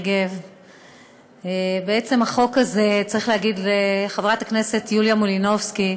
צריך להגיד לחברת הכנסת יוליה מלינובסקי,